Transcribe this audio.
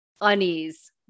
unease